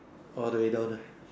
all the way down uh